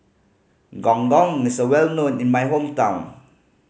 Gong Gong is well known in my hometown